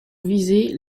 viser